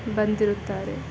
ಬಂದಿರುತ್ತಾರೆ